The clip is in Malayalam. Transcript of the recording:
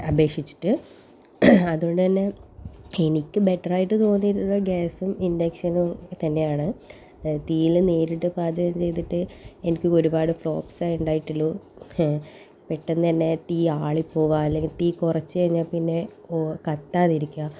അപേക്ഷിച്ചിട്ട് അതുകൊണ്ട് തന്നെ എനിക്ക് ബെറ്ററായിട്ട് തോന്നിയിട്ടുള്ളത് ഗ്യാസും ഇൻഡക്ഷനും തന്നെയാണ് തീയിൽ നേരിട്ട് പാചകം ചെയ്തിട്ട് എനിക്ക് ഒരുപാട് ഫ്ലോപ്സേ ഉണ്ടായിട്ടുള്ളൂ പെട്ടന്ന് തന്നെ തീ ആളിപ്പോകുക അല്ലെങ്കിൽ തീ കുറച്ച് കഴിഞ്ഞാൽ പിന്നെ ഓ കത്താതെ ഇരിക്കുക